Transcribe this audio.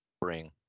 bring